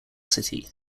city